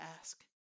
ask